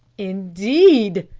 indeed!